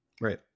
Right